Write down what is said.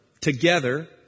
together